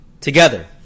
together